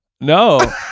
No